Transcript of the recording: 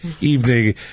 evening